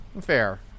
fair